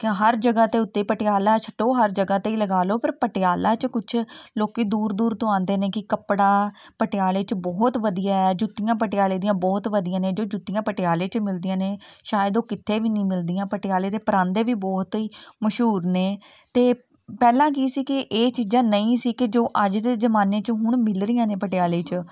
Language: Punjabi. ਕਿ ਹਰ ਜਗ੍ਹਾ ਦੇ ਉੱਤੇ ਪਟਿਆਲਾ ਛੱਡੋ ਹਰ ਜਗ੍ਹਾ 'ਤੇ ਲਗਾ ਲਉ ਪਰ ਪਟਿਆਲਾ 'ਚ ਕੁਛ ਲੋਕ ਦੂਰ ਦੂਰ ਤੋਂ ਆਉਂਦੇ ਨੇ ਕਿ ਕੱਪੜਾ ਪਟਿਆਲੇ 'ਚ ਬਹੁਤ ਵਧੀਆ ਆ ਜੁੱਤੀਆਂ ਪਟਿਆਲੇ ਦੀਆਂ ਬਹੁਤ ਵਧੀਆਂ ਨੇ ਜੋ ਜੁੱਤੀਆਂ ਪਟਿਆਲੇ 'ਚ ਮਿਲਦੀਆਂ ਨੇ ਸ਼ਾਇਦ ਉਹ ਕਿਤੇ ਵੀ ਨਹੀਂ ਮਿਲਦੀਆਂ ਪਟਿਆਲੇ ਦੇ ਪਰਾਂਦੇ ਵੀ ਬਹੁਤ ਹੀ ਮਸ਼ਹੂਰ ਨੇ ਅਤੇ ਪਹਿਲਾਂ ਕੀ ਸੀ ਕਿ ਇਹ ਚੀਜ਼ਾਂ ਨਹੀਂ ਸੀ ਕਿ ਜੋ ਅੱਜ ਦੇ ਜ਼ਮਾਨੇ 'ਚ ਹੁਣ ਮਿਲ ਰਹੀਆਂ ਨੇ ਪਟਿਆਲੇ 'ਚ